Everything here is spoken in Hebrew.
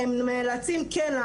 הן נאלצות כן,